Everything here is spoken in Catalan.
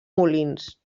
molins